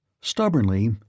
Stubbornly